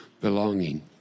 belonging